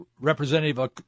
Representative